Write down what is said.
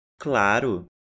Claro